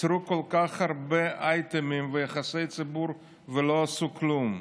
יצרו כל כך הרבה אייטמים ויחסי ציבור ולא עשו כלום,